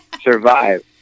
survive